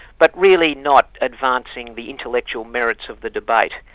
but really not advancing the intellectual merits of the debate.